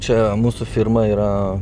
čia mūsų firma yra